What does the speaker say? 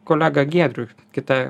kolegą giedrių kita